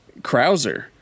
Krauser